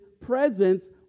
presence